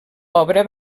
obra